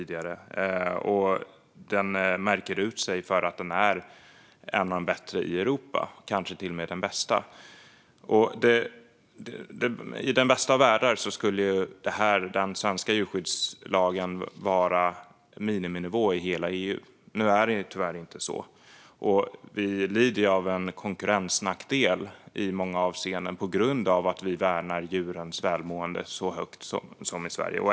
Den utmärker sig som en av de bättre i Europa, kanske till och med den bästa. I den bästa av världar skulle den svenska djurskyddslagen vara miniminivå i hela EU. Nu är det tyvärr inte så. Vi lider i många avseenden av en konkurrensnackdel på grund av att vi värnar mycket om djurens välmående i Sverige.